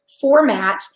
format